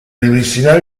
ripristinare